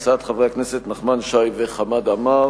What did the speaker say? הצעות חברי הכנסת נחמן שי וחמד עמאר,